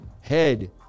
head